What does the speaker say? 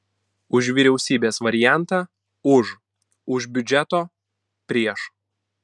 už vyriausybės variantą už už biudžeto prieš